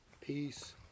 peace